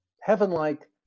heaven-like